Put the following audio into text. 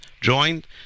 joined